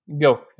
go